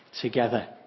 together